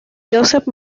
josep